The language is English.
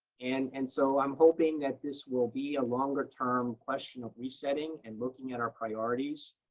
and and so i'm hoping that this will be a longer-term question of resetting and looking at our priorities